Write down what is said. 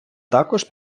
також